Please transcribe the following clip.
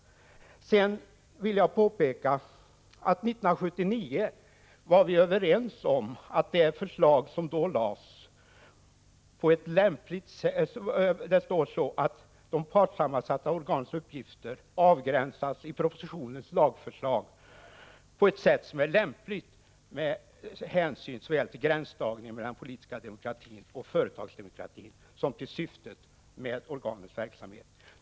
Jag vill påpeka att vi år 1979 var överens om det förslag som då framlades. Det hette att de partssammansatta organens uppgifter avgränsas i propositionens lagförslag på ett sätt som är lämpligt med hänsyn såväl till gränsdragningen mellan den politiska demokratin och företagsdemokratin som till syftet med organens verksamhet.